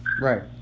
Right